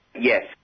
Yes